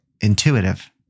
intuitive